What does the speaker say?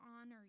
honor